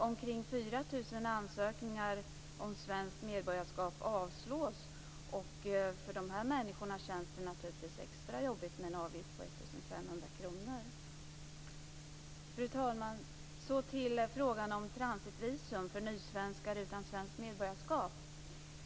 Omkring 4 000 människors ansökningar om svenskt medborgarskap avslås. För dem känns det naturligtvis extra jobbigt med en avgift på 1 500 kr. Fru talman! Så till frågan om transitvisum för nysvenskar utan svenskt medborgarskap.